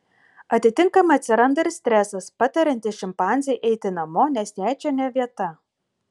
atitinkamai atsiranda ir stresas patariantis šimpanzei eiti namo nes jai čia ne vieta